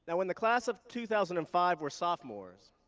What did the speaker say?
and when the class of two thousand and five were sophomores,